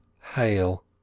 hail